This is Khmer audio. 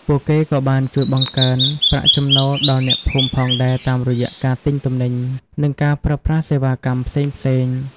ពួកគេក៏បានជួយបង្កើនប្រាក់ចំណូលដល់អ្នកភូមិផងដែរតាមរយៈការទិញទំនិញ និងការប្រើប្រាស់សេវាកម្មផ្សេងៗ។